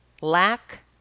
lack